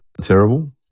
terrible